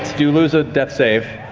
do lose a death save.